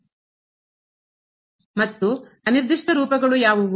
ಮತ್ತು ಅನಿರ್ದಿಷ್ಟ ರೂಪಗಳು ಯಾವುವು